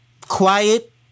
quiet